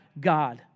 God